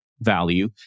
value